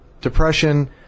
depression